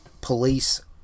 police